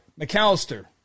McAllister